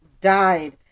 died